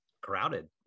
crowded